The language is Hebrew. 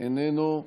איננו.